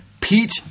Pete